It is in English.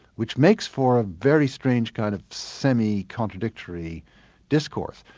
which makes for a very strange kind of semi-contradictory discourse.